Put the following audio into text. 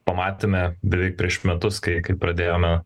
pamatėme beveik prieš metus kai kai pradėjome